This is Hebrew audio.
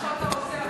יכולים,